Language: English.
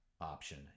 option